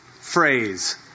phrase